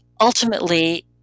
ultimately